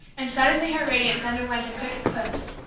and suddenly her radiance underwent a quick eclipse.